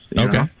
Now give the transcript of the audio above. Okay